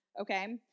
okay